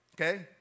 Okay